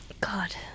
God